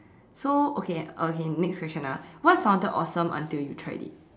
so okay okay next question ah what sounded awesome until you tried it